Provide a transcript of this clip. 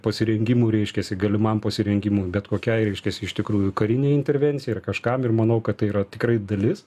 pasirengimu reiškiasi galimam pasirengimui bet kokiai reiškiasi iš tikrųjų karinei intervencijai ir kažkam ir manau kad tai yra tikrai dalis